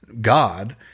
God